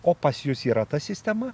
o pas jus yra ta sistema